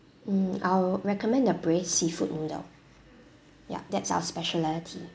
mm I'll recommend the braised seafood noodle ya that's our specialty